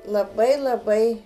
labai labai